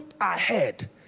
ahead